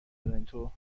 تورنتو